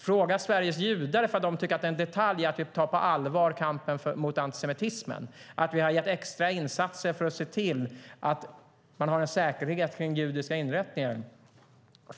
Fråga Sveriges judar ifall de tycker att det är en detalj att vi tar kampen mot antisemitismen på allvar och att vi har gjort extra insatser för att se till att man har en säkerhet kring judiska inrättningar!